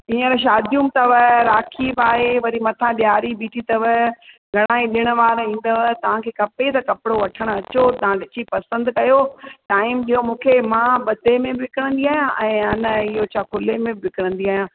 हींअर शादियूं बि अथव राखी बि आहे वरी मथां ॾियारी बीठी अथव घणा ई ॾिण वार ईंदव तव्हांखे खपे त कपिड़ो वठणु अचो तव्हां ॾिसी पसंदि कयो टाइम ॾियो मूंखे मां ॿधे में बि विकिणंदी आहियां ऐं इहो छा खुले में बि विकिणंदी आहियां